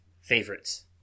favorites